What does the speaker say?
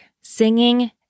Singing